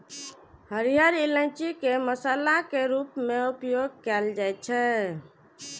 हरियर इलायची के मसाला के रूप मे उपयोग कैल जाइ छै